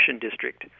district